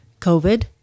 COVID